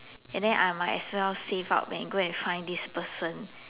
and then I might as well save up and go and find this person